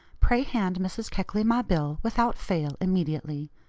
pray hand mrs. keckley my bill, without fail, immediately.